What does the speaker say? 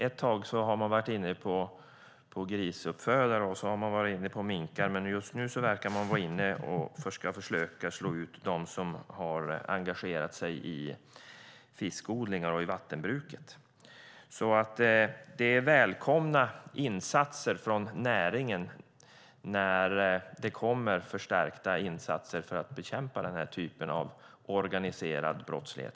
Ett tag var man fokuserad på grisuppfödare och sedan på minkuppfödare. Just nu verkar man försöka slå ut dem som har engagerat sig i fiskeodlingar och vattenbruk. Det är välkomna insatser från näringen när det kommer förstärkta insatser för att bekämpa den här typen av organiserad brottslighet.